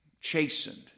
chastened